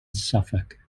suffolk